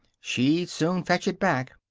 she'd soon fetch it back!